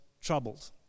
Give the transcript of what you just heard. troubled